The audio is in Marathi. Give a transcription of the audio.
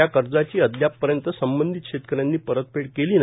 त्या कर्जाची अदयापपर्यंत संबंधित शेतकऱ्यांनी परतफेड केली नाही